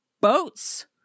boats